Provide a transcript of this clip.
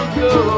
go